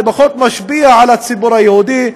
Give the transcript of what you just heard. זה פחות משפיע על הציבור היהודי,